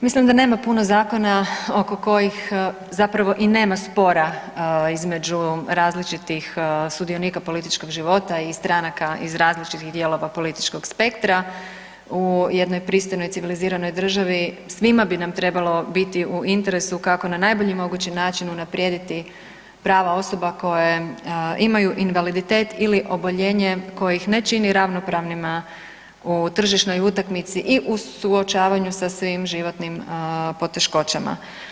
Mislim da nema puno zakona oko kojih zapravo i nema spora između različitih sudionika političkog života i stranaka iz različitih dijelova političkog spektra u jednoj pristojnoj civiliziranoj državi svima bi nam trebalo biti u interesu kako na najbolji mogući način unaprijediti prava osoba koje imaju invaliditet ili oboljenje koje ih ne čini ravnopravnima u tržišnoj utakmici i u suočavanju sa svim životnim poteškoćama.